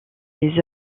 les